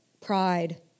pride